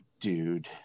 dude